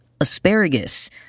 asparagus